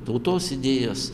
tautos idėjos